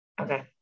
Okay